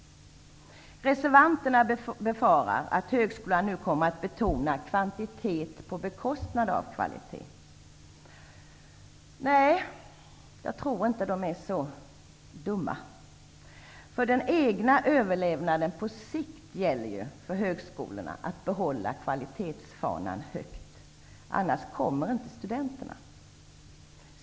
Reservanterna befarar att högskolan nu kommer att betona kvantiteten på bekostnad av kvaliteten. Nej, jag tror inte att man är så dum att man gör det. För den egna överlevnaden på sikt gäller det ju för högskolorna att hålla kvalitetsfanan högt, för annars kommer inte studenterna.